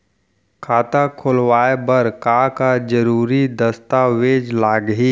खाता खोलवाय बर का का जरूरी दस्तावेज लागही?